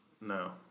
No